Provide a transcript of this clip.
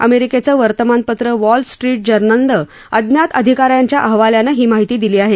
अमेरिकेचं वर्तमानपत्र Wall Street जर्मननं अज्ञात अधिका यांच्या हवाल्यानं ही माहिती दिली आहे